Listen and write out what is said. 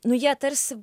nu jie tarsi